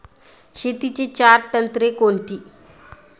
शेतीची चार तंत्रे कोणती?